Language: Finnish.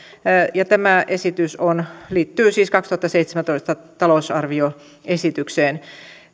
tämä esitys liittyy siis vuoden kaksituhattaseitsemäntoista talousarvioesitykseen